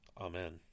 Amen